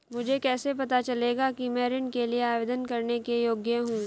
मुझे कैसे पता चलेगा कि मैं ऋण के लिए आवेदन करने के योग्य हूँ?